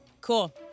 Cool